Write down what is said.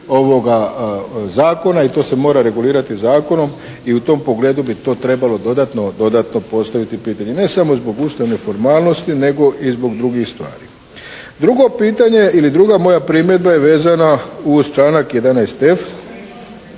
ovoga Zakona i to se mora regulirati zakonom i u tom pogledu bi to trebalo dodatno postaviti pitanje. Ne samo zbog usmene formalnosti, nego i zbog drugih stvari. Drugo pitanje ili druga moja primjedba je vezana uz članak 11.f,